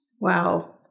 Wow